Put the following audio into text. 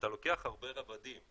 אתה לוקח הרבה רבדים.